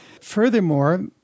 Furthermore